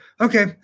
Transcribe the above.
okay